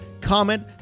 comment